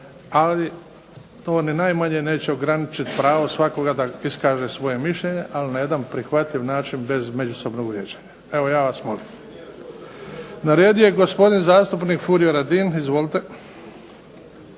ali to ni najmanje neće ograničiti pravo svakoga da iskaže svoje mišljenje, ali na jedan prihvatljiv način bez međusobnog vrijeđanja. Evo ja vas molim. Na redu je gospodin zastupnik Furio Radin. Izvolite.